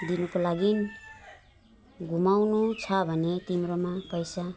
दिनुको लागि घुमाउनु छ भने तिम्रोमा पैसा